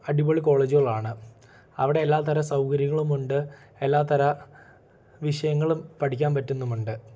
അടിപൊളി കോളേജുകളാണ് അവിടെ എല്ലാത്തര സൗകര്യങ്ങളും ഉണ്ട് എല്ലാത്തര വിഷയങ്ങളും പഠിക്കാൻ പറ്റുന്നുമുണ്ട്